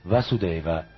Vasudeva